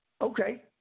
Okay